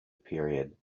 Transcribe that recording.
period